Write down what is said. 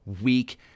weak